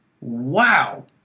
Wow